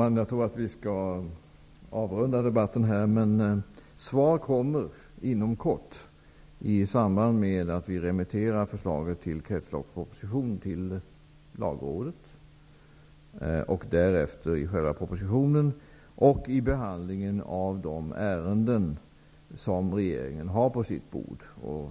Herr talman! Vi skall avrunda debatten. Svar kommer inom kort i samband med att förslaget till kretsloppsproposition remitteras till lagrådet, i själva propositionen och i samband med behandlingen av de ärenden som finns på regeringens bord. Jag